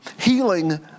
healing